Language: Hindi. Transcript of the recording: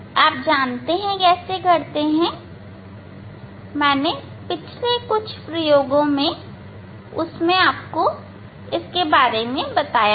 आप जानते हैं उसे कैसे करते हैं मैंने कुछ प्रयोगों के लिए उसने बताया था